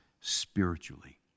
spiritually